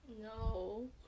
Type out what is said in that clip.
No